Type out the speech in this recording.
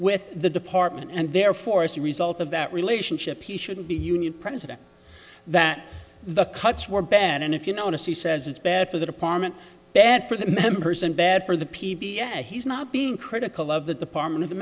with the department and therefore as a result of that relationship he shouldn't be a union president that the cuts were bad and if you notice he says it's bad for the department bad for the members and bad for the p b s he's not being critical of the department of the